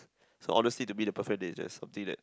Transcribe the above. so honestly to me the perfect date is just something that